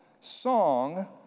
song